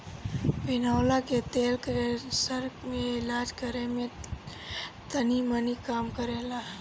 बिनौला के तेल कैंसर के इलाज करे में तनीमनी काम करेला